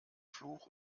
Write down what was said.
fluch